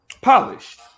polished